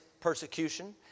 persecution